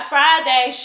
Friday